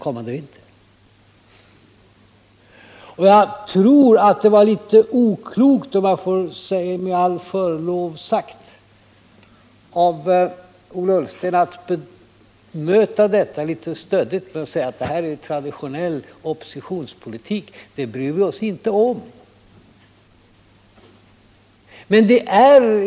Jag tror, med förlov sagt, att det var litet oklokt av Ola Ullsten att bemöta detta en smula stöddigt med att säga att det här är traditionell oppositionspolitik, så det bryr vi oss inte om.